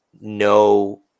no